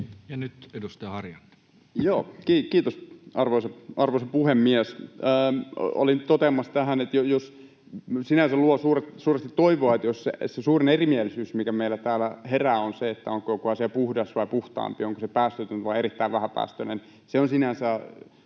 Content: Joo, kiitos, arvoisa puhemies! Olin toteamassa tähän, että sinänsä luo suuresti toivoa, jos se suurin erimielisyys, mikä meillä täällä herää, on siitä, onko joku asia puhdas vai puhtaampi, onko se päästötön vai erittäin vähäpäästöinen. Se on sinänsä